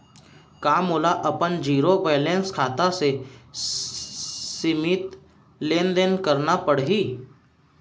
का मोला अपन जीरो बैलेंस खाता से सीमित लेनदेन करना पड़हि?